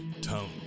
Tone